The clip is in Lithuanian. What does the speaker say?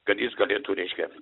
kad jis galėtų reiškia